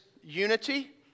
unity